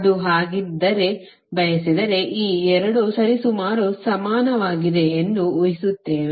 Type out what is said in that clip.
ಅದು ಹಾಗಿದ್ದರೆ ಬಯಸಿದರೆ ಈ 2 ಸರಿಸುಮಾರು ಸಮಾನವಾಗಿದೆ ಎಂದು ಊಹಿಸುತ್ತೇವೆ